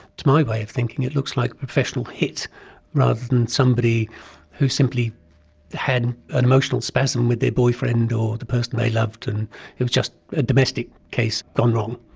to my way of thinking, it looks like a professional hit rather than somebody who simply had an emotional spasm with their boyfriend or the person they loved and it was just a domestic case gone wrong.